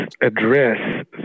address